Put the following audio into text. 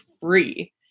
free